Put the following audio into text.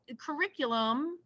curriculum